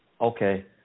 Okay